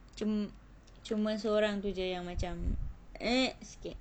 cuma cuma sorang tu jer yang macam eh sikit